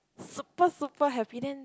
super super happy then